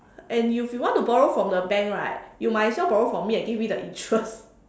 and if you want to borrow from the bank right you might as well borrow from me I give you the interest